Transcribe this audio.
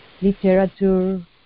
literature